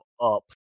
up